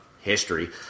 history